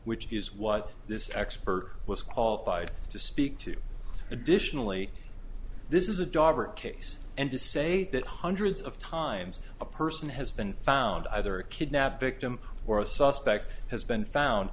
which is what this expert was qualified to speak to additionally this is a dawber case and to say that hundreds of times a person has been found either a kidnapped victim or a suspect has been found